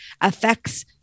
affects